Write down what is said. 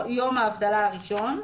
יבוא: יום האבטלה הראשון.